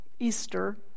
Easter